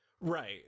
Right